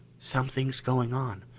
something's going on.